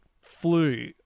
flew